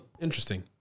interesting